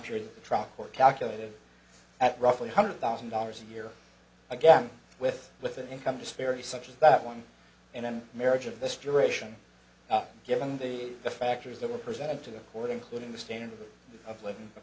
period truck or calculated at roughly one hundred thousand dollars a year again with with an income disparity such as that one in a marriage of this duration given the the factors that were presented to the court including the standard of living